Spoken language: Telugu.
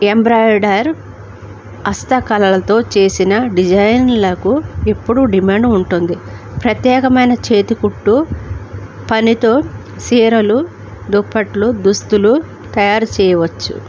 ఎంబ్రాయిడర్ హస్త కళలతో చేసిన డిజైన్లకు ఎప్పుడూ డిమాండ్ ఉంటుంది ప్రత్యేకమైన చేతి కుట్టు పనితో చీరలు దుప్పట్లు దుస్తులు తయారు చేయవచ్చు